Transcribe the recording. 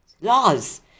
laws